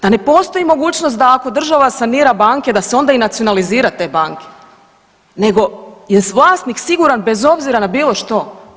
Pa ne postoji mogućnost da ako država sanira banke da se onda i nacionalizira te banke nego je vlasnik siguran bez obzira na bilo što.